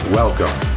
welcome